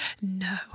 no